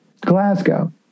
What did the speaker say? Glasgow